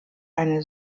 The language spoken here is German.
eine